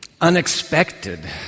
unexpected